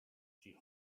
she